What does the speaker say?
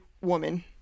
woman